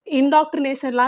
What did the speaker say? indoctrination